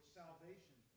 salvation